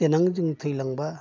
देनां जों थैलांब्ला